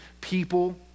people